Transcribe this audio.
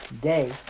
day